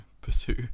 pursue